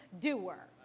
doer